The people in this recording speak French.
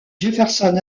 jefferson